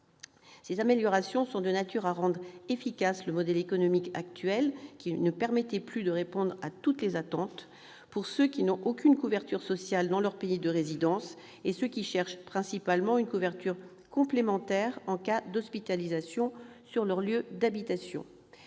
Ces améliorations sont de nature à rendre efficace le modèle économique actuel, qui ne permettait plus de répondre à toutes les attentes de ceux qui n'ont aucune couverture sociale dans leur pays de résidence et de ceux qui recherchent principalement une couverture complémentaire en cas d'hospitalisation sur leur lieu d'habitation.